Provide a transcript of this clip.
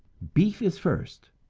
beef is first,